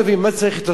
מה הוא מחדש פה בכלל?